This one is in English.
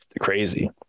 crazy